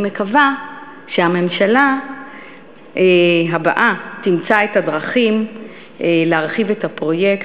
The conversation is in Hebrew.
אני מקווה שהממשלה הבאה תמצא את הדרכים להרחיב את הפרויקט,